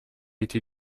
été